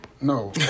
No